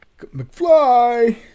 McFly